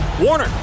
warner